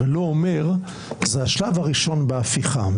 ולא אומר שזה השלב הראשון בהפיכה.